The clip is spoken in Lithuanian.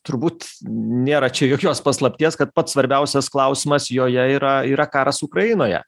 turbūt nėra čia jokios paslapties kad pats svarbiausias klausimas joje yra yra karas ukrainoje